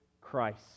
Christ